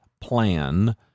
plan